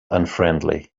unfriendly